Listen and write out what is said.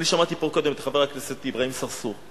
אני שמעתי פה קודם את חבר הכנסת אברהים צרצור.